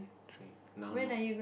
three now not